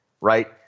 right